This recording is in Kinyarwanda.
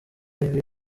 ibi